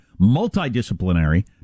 multidisciplinary